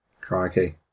Crikey